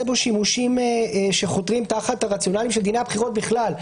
בו שימושים שחותרים תחת הרציונלים של דיני הבחירות בכלל,